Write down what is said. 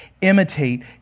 imitate